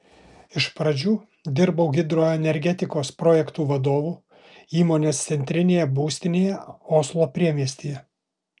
iš pradžių dirbau hidroenergetikos projektų vadovu įmonės centrinėje būstinėje oslo priemiestyje